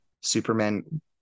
Superman